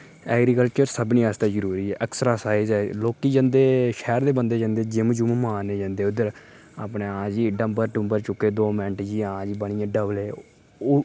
agriculture सभने आस्तै जरुरी ऐ ऐक्सरसाईज ऐ एह् लोकी जंदे शैह्र दे बंदे जंदे जिम्म जुम्म मारने जंदे उद्धर अपने हां जी माराज डंबर डुंबर चुक्के जी हां जी बनियै डोले